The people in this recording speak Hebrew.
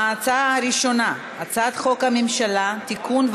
ההצעה הראשונה: הצעת חוק הממשלה (תיקון,